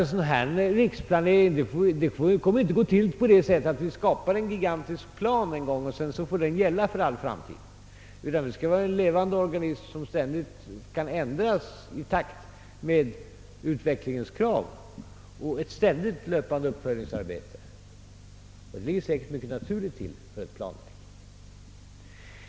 En sådan riksplanering som här avses kommer inte att försiggå på det sättet att vi skapar en gigantisk plan och sedan låter den gälla för all framtid, utan det skall vara en levande organism som ständigt kan ändras i takt med utvecklingens krav och ett ständigt löpande uppföljningsarbete. Det ligger säkert mycket naturligt till för ett planverk.